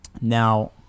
Now